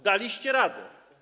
Daliście radę.